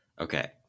Okay